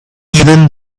even